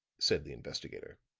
said the investigator.